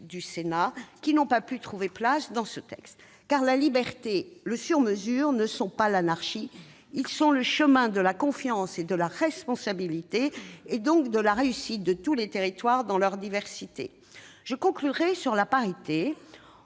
du Sénat qui n'ont pas pu trouver place dans ce texte. La liberté et le sur mesure, ce n'est pas l'anarchie ; c'est le chemin de la confiance et de la responsabilité, donc de la réussite de tous les territoires dans leur diversité. Je conclurai en regrettant